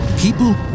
People